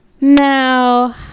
Now